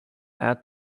add